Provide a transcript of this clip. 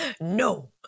No